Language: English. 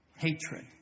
Hatred